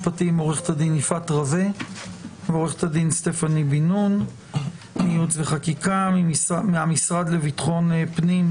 אין לי ספק שהנושא שעומד לפתחך היום,